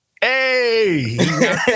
Hey